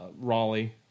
Raleigh